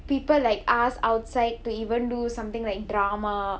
people like us outside to even do something like drama